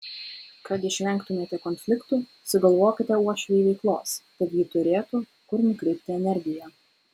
kad išvengtumėte konfliktų sugalvokite uošvei veiklos kad ji turėtų kur nukreipti energiją